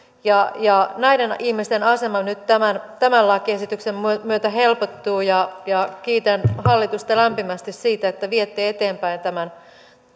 näiden ihmisten asema nyt tämän tämän lakiesityksen myötä helpottuu kiitän hallitusta lämpimästi siitä että viette eteenpäin tämän